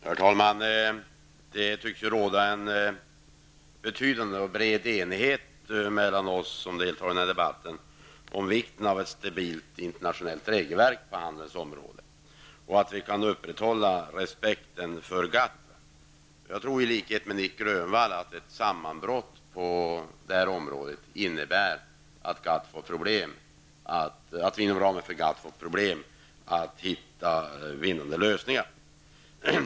Herr talman! Det tycks råda en betydande och bred enighet mellan oss som deltar i denna debatt om vikten av ett stabilt internationellt regelverk på handelns område samt att det är viktigt att respekten för GATT kan upprätthållas. Jag tror, i likhet med Nic Grönvall, att ett sammanbrott på detta område innebär att man inom ramen för GATT får problem att hitta vinnande lösningar.